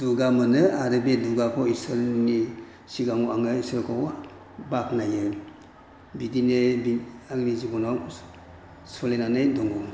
दुगा मोनो आरो बे दुगाखौ इसोरनि सिगाङाव आङो इसोरखौ बाख्नायो बिदिनो आंनि जिबना सोलिनानै दङ